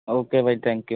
okay ਭਾਅ ਜੀ thank you